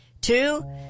Two